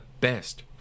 best